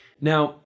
Now